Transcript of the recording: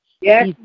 Yes